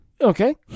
okay